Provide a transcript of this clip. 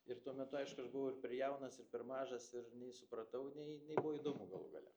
ir tuo metu aišku aš buvau ir per jaunas ir per mažas ir nei supratau nei nei buvo įdomu galų gale